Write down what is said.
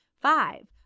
five